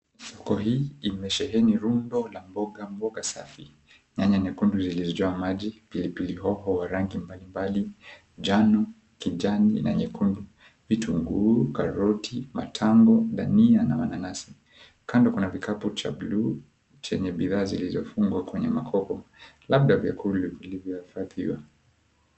Soko hii imesheheni rundo la mboga mboga safi nyanya nyekundu zilitoa maji pilipili hoho wa rangi mbali mbalimbali njano, kijani na nyekundu kitunguu, karoti, matango, dania na mananasi, kando kuna kikapu cha buluu chenye bidhaa zilizofungwa kwenye makoko labda vyakula vilivyohifadhiwa.